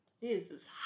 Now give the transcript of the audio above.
Jesus